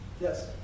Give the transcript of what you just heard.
Yes